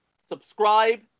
subscribe